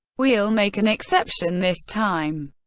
we'll make an exception this time!